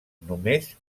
només